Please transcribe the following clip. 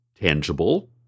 tangible